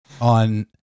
On